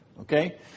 Okay